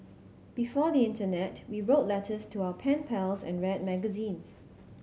before the internet we wrote letters to our pen pals and read magazines